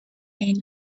end